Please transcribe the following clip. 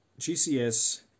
GCS